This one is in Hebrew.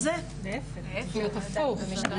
להיפך, זה אמור להיות הפוך.